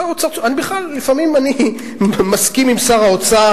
שר האוצר, בכלל, לפעמים אני מסכים עם שר האוצר.